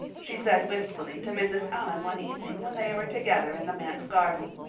she said wistfully to mrs. allan one evening when they were together in the manse garden.